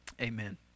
amen